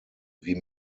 wie